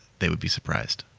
they would be surprised.